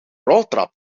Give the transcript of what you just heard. roltrap